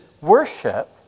worship